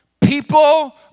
People